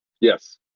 Yes